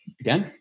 again